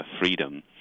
freedom